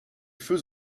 feux